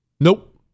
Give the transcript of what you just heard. Nope